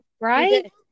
right